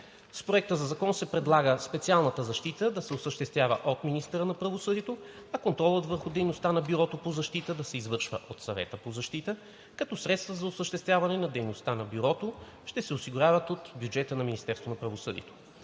С Проекта на закон се предлага специалната защита да се осъществява от министъра на правосъдието, а контролът върху дейността на Бюрото по защита да се извършва от Съвета по защита, като средствата за осъществяване на дейността на Бюрото ще се осигуряват от бюджета на Министерството на правосъдието.